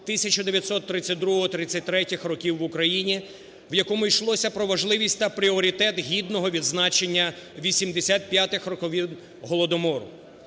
1932-33 років в Україні, в якому йшлося про важливість та пріоритет гідного відзначення 85-х роковин Голодомору.